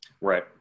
Right